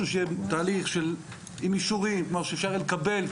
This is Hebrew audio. שיהיה תהליך עם אישורים ואפשר יהיה לקבל,